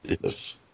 yes